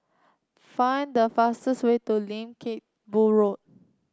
find the fastest way to Lim Teck Boo Road